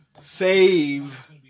save